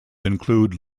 include